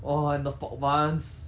!wah! and the pork buns